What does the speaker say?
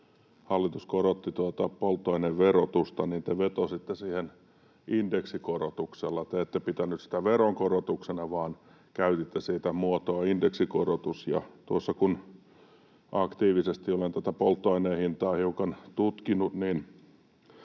hallitus korotti, tuota polttoaineverotusta, niin te vetositte siihen indeksikorotuksella. Te ette pitäneet sitä veronkorotuksena, vaan käytitte siitä muotoa ”indeksikorotus”. Ja kun aktiivisesti olen polttoaineen hintaa hiukan tutkinut,